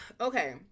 Okay